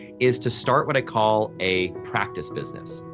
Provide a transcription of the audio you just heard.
is to start what i call a practice business.